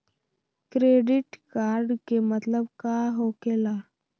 Credit card के मतलब का होकेला?